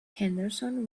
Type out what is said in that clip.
henderson